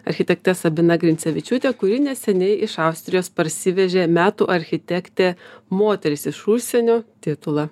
architekte sabina grincevičiūtė kuri neseniai iš austrijos parsivežė metų architektė moteris iš užsienio titulą